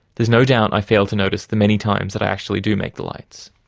there's no doubt i fail to notice the many times that i actually do make the lights.